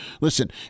Listen